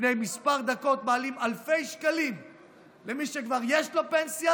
לפני כמה דקות מעלים באלפי שקלים למי שכבר יש לו פנסיה,